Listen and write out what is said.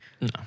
No